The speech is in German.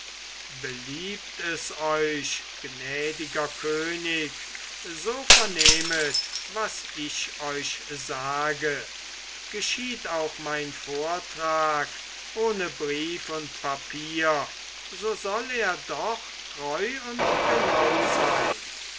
beliebt es euch gnädiger könig so vernehmet was ich euch sage geschieht auch mein vortrag ohne brief und papier so soll er doch treu und genau sein